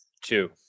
Two